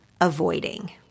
avoiding